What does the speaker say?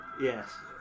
Yes